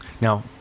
Now